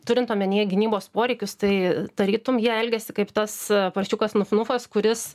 turint omenyje gynybos poreikius tai tarytum jie elgiasi kaip tas paršiukas nuf nufas kuris